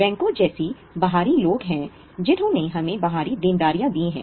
बैंकों जैसे बाहरी लोग हैं जिन्होंने हमें बाहरी देनदारियां दी हैं